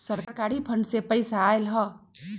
सरकारी फंड से पईसा आयल ह?